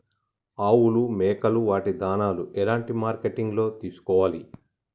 ఆవులు మేకలు వాటి దాణాలు ఎలాంటి మార్కెటింగ్ లో తీసుకోవాలి?